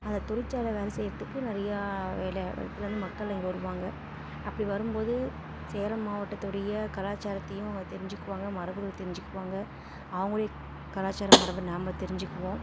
அந்த தொழிற்சாலைல வேலை செய்கிறதுக்கு நிறையா வேறு ஒரு இடத்துலருந்து மக்கள் இங்கே வருவாங்க அப்படி வரும்போது சேலம் மாவட்டத்துடைய கலாச்சாரத்தையும் அவங்க தெரிஞ்சுக்குவாங்க மரபுகள் தெரிஞ்சுக்குவாங்க அவர்களுடைய கலாச்சாரம் மரபை நாம் தெரிஞ்சுக்குவோம்